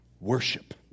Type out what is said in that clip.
worship